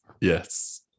Yes